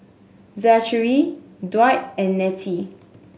Zachary Dwight and Nettie